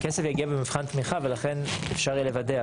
הכסף יגיע במבחן תמיכה ולכן אפשר יהיה לוודא,